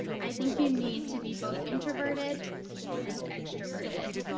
i think you need to be both introverted and extroverted,